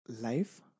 life